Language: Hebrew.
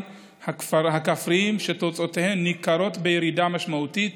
הכפריים שתוצאותיהן ניכרות בירידה משמעותית